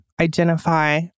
identify